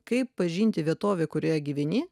kaip pažinti vietovę kurioje gyveni